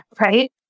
Right